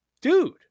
Dude